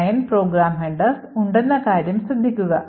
9 program headers ഉണ്ടെന്ന കാര്യം ശ്രദ്ധിക്കുക